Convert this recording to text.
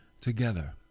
together